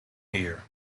here